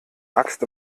axt